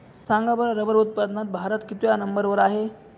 सांगा बरं रबर उत्पादनात भारत कितव्या नंबर वर आहे?